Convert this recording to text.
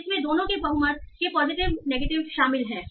इसमें दोनों के बहुमत के पॉजिटिव नेगेटिव शामिल हैं